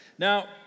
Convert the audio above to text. Now